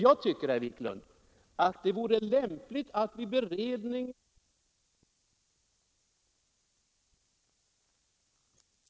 Jag anser, herr Wiklund, att det vore lämpligt att vid beredningen inom Kungl. Maj:ts kansli av det här förslaget från SÖ även ta upp till beredning det yrkande som vi framställer i reservationen 1.